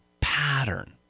pattern